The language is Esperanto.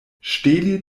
ŝteli